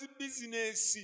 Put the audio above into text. business